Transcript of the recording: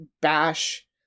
bash